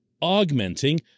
augmenting